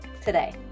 today